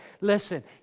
Listen